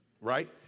right